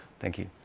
thank you.